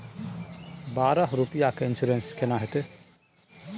बारह रुपिया के इन्सुरेंस केना होतै?